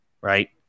right